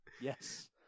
Yes